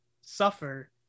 suffer